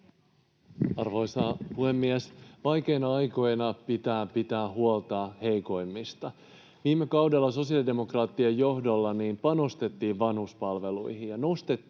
Arvoisa puhemies! Vaikeina aikoina pitää pitää huolta heikoimmista. Viime kaudella sosiaalidemokraattien johdolla panostettiin vanhuspalveluihin ja nostettiin